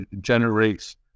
generates